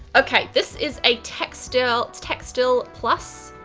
okay, this is a textil, textil plus.